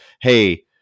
hey